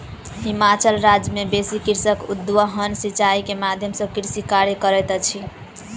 हिमाचल राज्य मे बेसी कृषक उद्वहन सिचाई के माध्यम सॅ कृषि कार्य करैत अछि